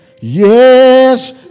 yes